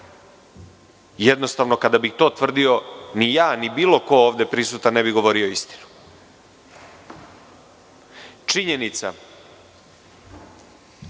Jednostavno, kada bih to tvrdio, ni ja, ni bilo ko ovde prisutan ne bi govorio istinu. Činjenica